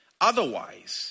Otherwise